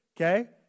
okay